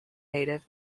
native